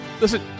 listen